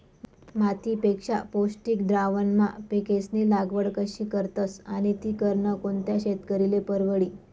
मातीपेक्षा पौष्टिक द्रावणमा पिकेस्नी लागवड कशी करतस आणि ती करनं कोणता शेतकरीले परवडी?